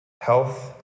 health